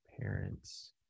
parents